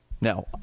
Now